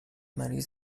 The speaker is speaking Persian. مریض